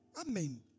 Amen